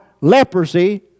leprosy